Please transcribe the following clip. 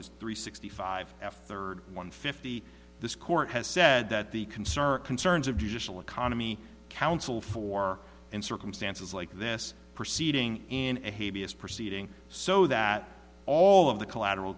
is three sixty five f third one fifty this court has said that the concern concerns of judicial economy counsel for in circumstances like this proceeding in a hay vs proceeding so that all of the collateral